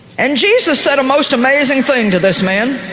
and jesus said a most amazing thing to this man,